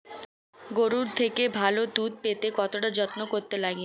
গরুর থেকে ভালো দুধ পেতে কতটা যত্ন করতে লাগে